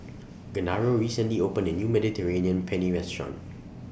Genaro recently opened A New Mediterranean Penne Restaurant